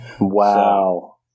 Wow